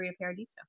Paradiso